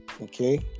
okay